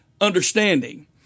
understanding